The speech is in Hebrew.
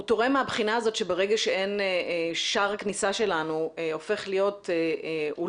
הוא תורם מהבחינה הזאת שברגע ששער הכניסה שלנו הופך להיות אולי,